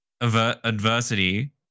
adversity